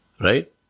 Right